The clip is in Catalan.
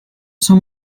són